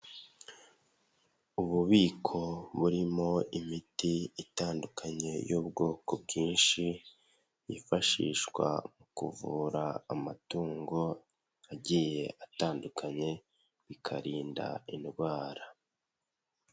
Ububiko burimo imiti itandukanye y'ubwoko bwinshi, yifashishwa mu kuvura amatungo agiye atandukanye bikarinda indwara.